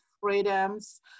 freedoms